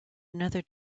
another